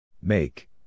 make